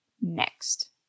next